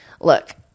look